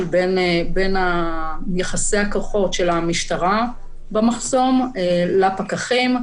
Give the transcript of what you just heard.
בין יחסי הכוחות של המשטרה במחסום לפקחים.